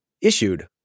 issued